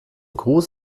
gruß